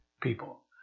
people